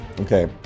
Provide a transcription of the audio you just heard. okay